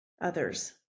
others